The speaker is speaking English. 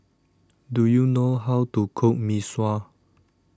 Do YOU know How to Cook Mee Sua